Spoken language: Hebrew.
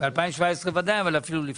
מ- 2017 וודאי אבל אפילו לפני,